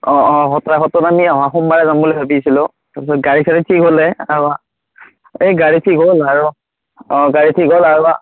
অঁ অঁ অহা সপ্তাহত আমি সোমবাৰে যাম বুলি ভাবি আছিলোঁ তাৰপিছত গাড়ী চাৰি ঠিক হ'লে এই গাড়ী ঠিক হ'ল আৰু অঁ গাড়ী ঠিক হ'ল আৰু